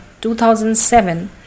2007